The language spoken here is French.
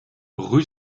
rue